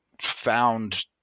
found